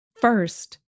first